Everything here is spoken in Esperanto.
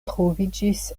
troviĝis